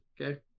Okay